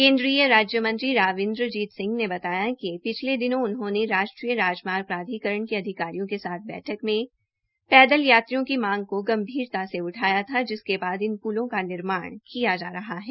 केन्द्रीयच राज्य मंत्री राव इन्द्रजीत सिंह ने बताया कि पिछले दिनों उन्होंने राष्ट्रीय राजमार्ग प्राधिकरण के अधिकारियों के साथ बैठक में पैदल यात्रियों की मांग को गंभीरता से उठाया था जिसके बाद इन पुलों का निर्माण किया जा रहा है